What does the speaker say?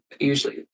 usually